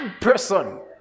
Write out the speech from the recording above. person